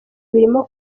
birimo